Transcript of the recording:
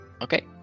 Okay